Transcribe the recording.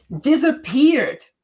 disappeared